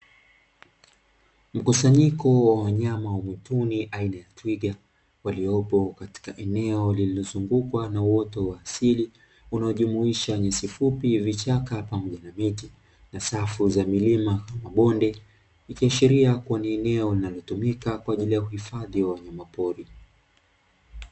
Mkusanyiko wa wanyama wa mwituni aina ya twiga waliopo katika eneo lililozungukwa na uoto wa asili unaojumuisha nyasi fupi vichaka pamoja na miti na safu za milima na mabonde, ikiashiria kuwa ni eneo linalotumika kwa ajili ya uhifadhi wa wanyamapori.